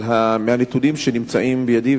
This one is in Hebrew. מהנתונים שבידי,